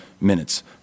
minutes